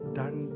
done